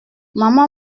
maman